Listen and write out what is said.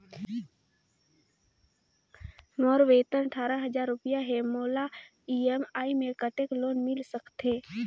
मोर वेतन अट्ठारह हजार रुपिया हे मोला ई.एम.आई मे कतेक लोन मिल सकथे?